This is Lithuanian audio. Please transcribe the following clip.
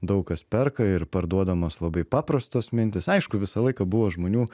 daug kas perka ir parduodamos labai paprastos mintys aišku visą laiką buvo žmonių